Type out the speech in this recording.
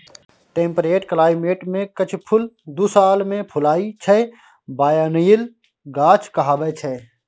temperate climate मे किछ फुल दु साल मे फुलाइ छै बायनियल गाछ कहाबै छै